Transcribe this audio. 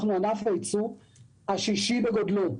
אנחנו ענף הייצוא השישי בגודלו,